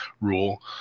rule